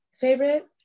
Favorite